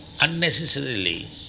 unnecessarily